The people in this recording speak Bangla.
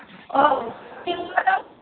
ও